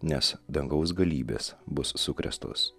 nes dangaus galybės bus sukrėstos